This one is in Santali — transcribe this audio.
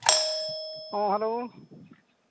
ᱦᱮ ᱦᱮᱞᱳ